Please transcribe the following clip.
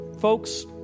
Folks